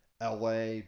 LA